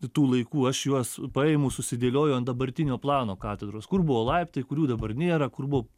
tų laikų aš juos paimu susidėlioju ant dabartinio plano katedros kur buvo laiptai kurių dabar nėra kur buvo